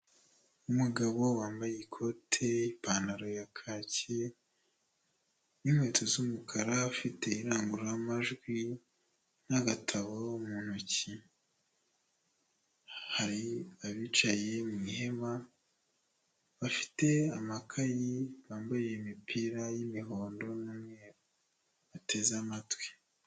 Umugabo wambaye ikote ipantaro ya kacyi n'inkweto z'umukara ufite indangururamajwi n'agatabo mu ntoki, hari abicaye mu ihema bafite amakayi bambaye imipira y'imihondo n'umweru bateze amatwi.